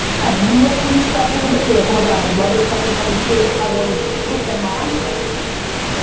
have you ever reached out to anybody? or like, oh my god, i love this up and coming kid, i wanna put them on? absolutely.